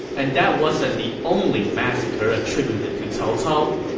and that wasn't the only massacre attributed to cao cao.